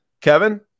Kevin